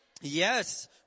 yes